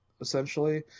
essentially